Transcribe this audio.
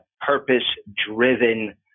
purpose-driven